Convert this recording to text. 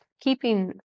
keeping